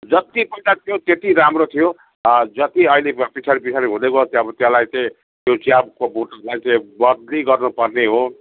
जतिपल्ट थियो त्यति राम्रो थियो जति अहिले पछाडि पछाडि हुँदै गयो त्यहाँबाट त्यसलाई चाहिँ त्यो चियाको बोटहरूलाई चाहिँ बदली गर्नु पर्ने हो